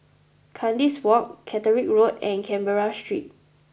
Kandis Walk Catterick Road and Canberra Street